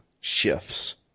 shifts